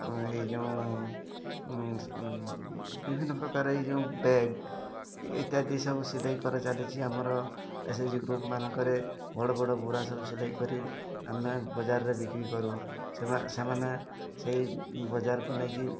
ଆଉ ଏଇ ଯୋଉଁ ବିଭିନ୍ନ ପ୍ରକାର ଏଇ ଯେଉଁ ବ୍ୟାଗ୍ ଇତ୍ୟାଦି ସବୁ ସିଲେଇ କରି ଚାଲିଛି ଆମର ଏସ୍ ଏଚ୍ ଜି ଗ୍ରୁପ୍ମାନଙ୍କରେ ବଡ଼ ବଡ଼ ବୁରା ସବୁ ସିଲେଇ କରି ଆମେ ବଜାରରେ ବିକ୍ରି କରୁ ସେମାନେ ସେହି ବଜାରକୁ ନେଇକରି